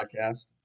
podcast